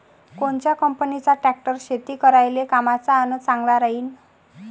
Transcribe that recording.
कोनच्या कंपनीचा ट्रॅक्टर शेती करायले कामाचे अन चांगला राहीनं?